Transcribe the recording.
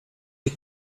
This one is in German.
die